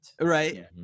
right